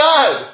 God